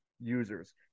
users